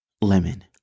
Lemon